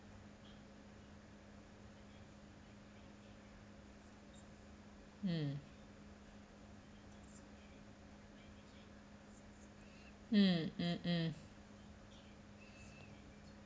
mm mm mm mm